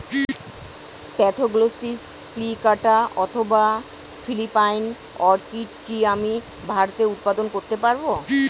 Spathoglottis plicata অথবা Philippine orchid কি আমি ভারতে উৎপাদন করতে পারবো?